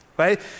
right